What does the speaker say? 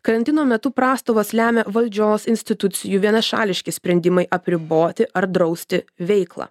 karantino metu prastovas lemia valdžios institucijų vienašališki sprendimai apriboti ar drausti veiklą